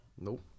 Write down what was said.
Nope